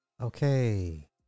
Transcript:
Okay